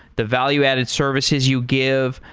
the value-added services you give.